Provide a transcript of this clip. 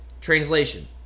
Translation